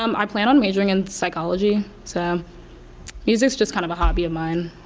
um i plan on majoring in psychology, so music's just kind of a hobby of mine.